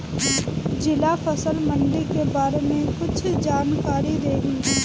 जिला फल मंडी के बारे में कुछ जानकारी देहीं?